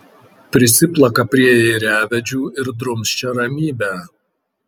prisiplaka prie ėriavedžių ir drumsčia ramybę